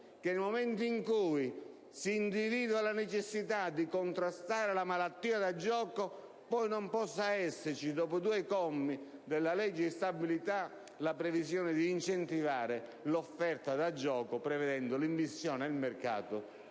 che, nel momento in cui si individua la necessità di contrastare la malattia da gioco, poi non possa esserci, dopo due commi della legge di stabilità, la previsione di incentivare l'offerta da gioco, autorizzando l'immissione nel mercato